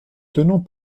tenant